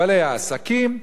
בעלי העסקים,